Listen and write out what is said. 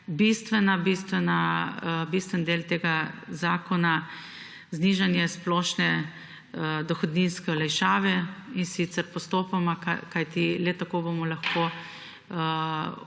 bistveni del tega zakona znižanje splošne dohodninske olajšave, in sicer postopoma, kajti le tako bomo uspeli